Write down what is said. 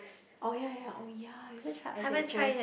oh ya ya oh ya you haven't tried Isaac Toast